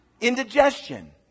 Indigestion